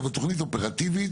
אבל תוכנית אופרטיבית,